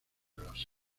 los